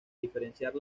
diferenciar